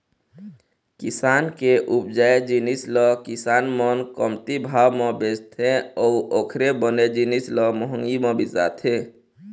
किसान के उपजाए जिनिस ल किसान मन कमती भाव म बेचथे अउ ओखरे बने जिनिस ल महंगी म बिसाथे